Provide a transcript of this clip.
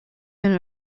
been